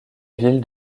ville